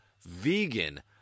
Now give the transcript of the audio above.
vegan